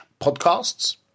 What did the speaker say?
podcasts